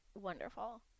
wonderful